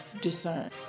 discern